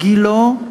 גילו,